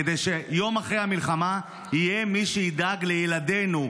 כדי שיום אחרי המלחמה יהיה מי שידאג לילדינו,